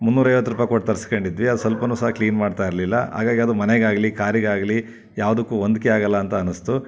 ಮುನ್ನೂರೈವತ್ತು ರೂಪಾಯಿ ಕೊಟ್ಟು ತರ್ಸ್ಕೊಂಡಿದ್ವಿ ಅದು ಸ್ವಲ್ಪನೂ ಸಹ ಕ್ಲೀನ್ ಮಾಡ್ತಾ ಇರಲಿಲ್ಲ ಹಾಗಾಗಿ ಅದು ಮನೆಗಾಗಲಿ ಕಾರಿಗಾಗಲಿ ಯಾವುದಕ್ಕೂ ಹೊಂದ್ಕೆ ಆಗಲ್ಲ ಅಂತ ಅನ್ನಿಸ್ತು